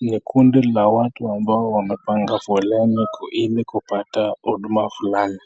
Ni kundi la watu ambao wamepanga foleni ili kupata huduma fulani.